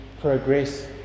progress